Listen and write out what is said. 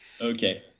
Okay